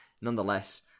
nonetheless